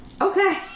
Okay